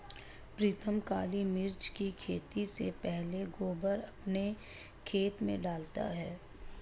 प्रीतम काली मिर्च की खेती से पहले गोबर अपने खेत में डालता है